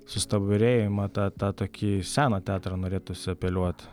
sustabarėjimą tą tą tokį seną teatrą norėtųsi apeliuot